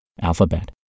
Alphabet